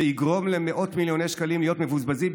שיגרום למאות מיליוני שקלים להיות מבוזבזים,